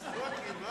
צחוקים.